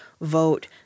vote